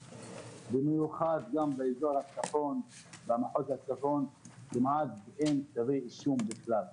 במיוחד במחוז הצפון כמעט ואין כתבי אישום בכלל.